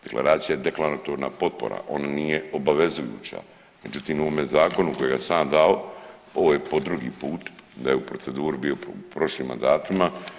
Deklaracija je deklaratorna potpora, on nije obavezujuća, međutim u ovome zakonu kojega sam ja dao ovo je po drugi put da je u proceduri bio u prošlim mandatima.